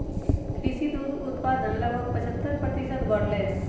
कृषि दुग्ध उत्पादन लगभग पचहत्तर प्रतिशत बढ़ लय है